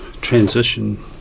transition